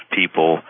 people